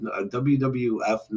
WWF